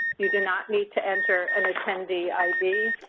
you do not need to enter an attendee id.